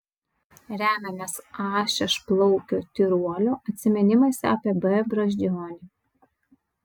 remiamės a šešplaukio tyruolio atsiminimais apie b brazdžionį